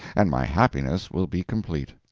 and my happiness will be complete.